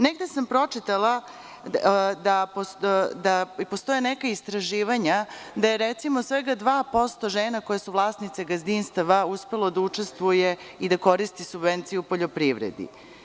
Negde sam pročitala da postoje neka istraživanja da je recimo svega 2% žena koje su vlasnice gazdinstava uspelo da učestvuje i koristi subvencije u poljoprivredi.